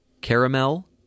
caramel